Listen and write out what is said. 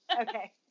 okay